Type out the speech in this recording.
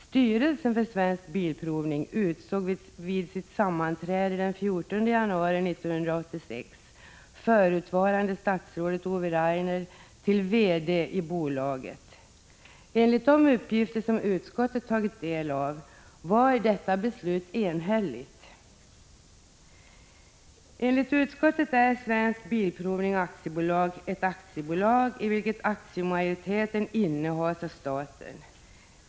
Styrelsen för AB Svensk Bilprovning utsåg vid sitt sammanträde den 14 januari 1986 förutvarande statsrådet Ove Rainer till VD i bolaget. De uppgifter som utskottet tagit del av visar att detta beslut var enhälligt. Enligt utskottet är AB Svensk Bilprovning ett aktiebolag, i vilket aktiemajoriteten innehas av staten.